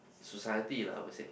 society lah I would said